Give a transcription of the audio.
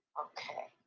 Okay